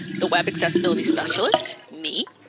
the web accessibility specialist, me,